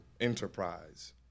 enterprise